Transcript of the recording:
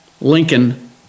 Lincoln